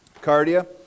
Cardia